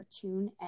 tune